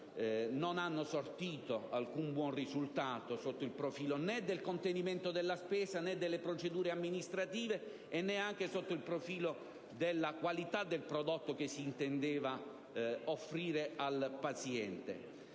non hanno sortito alcun buon risultato sotto il profilo del contenimento della spesa, delle procedure amministrative e neanche della qualità del prodotto che si intendeva offrire al paziente.